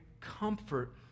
comfort